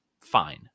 fine